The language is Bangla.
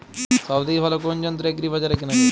সব থেকে ভালো কোনো যন্ত্র এগ্রি বাজারে কেনা যায়?